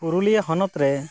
ᱯᱩᱨᱩᱞᱤᱭᱟ ᱦᱚᱱᱚᱛ ᱨᱮ